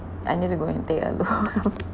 I need to go and take a look